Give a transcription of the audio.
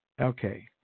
Okay